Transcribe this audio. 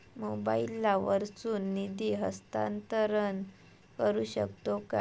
मोबाईला वर्सून निधी हस्तांतरण करू शकतो काय?